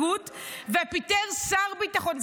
ופיטר שר ביטחון.